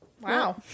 Wow